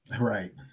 Right